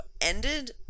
ended